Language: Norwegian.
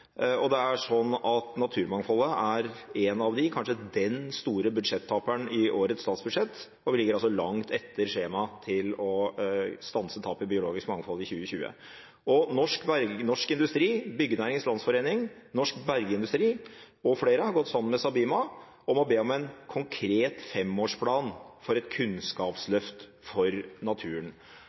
og naturmangfoldet er en av de store budsjettaperne – eller kanskje den store budsjettaperen – i årets statsbudsjett, og vi ligger altså langt etter skjema når det gjelder å stanse tapet av biologisk mangfold i 2020. Norsk Industri, Byggenæringens Landsforening, Norsk Bergindustri og flere har gått sammen med SABIMA om å be om en konkret femårsplan for et kunnskapsløft for naturen.